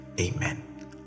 amen